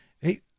Hey